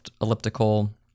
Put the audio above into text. elliptical